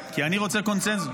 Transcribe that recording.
רוצה לספח?